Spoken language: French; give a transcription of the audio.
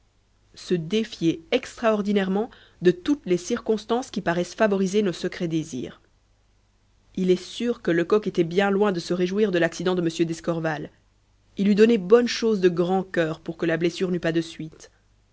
se défier extraordinairement de toutes les circonstances qui paraissent favoriser nos secrets désirs il est sûr que lecoq était bien loin de se réjouir de l'accident de m d'escorval il eût donné bonne chose de grand cœur pour que la blessure n'eût pas de suites